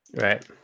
Right